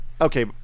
okay